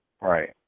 Right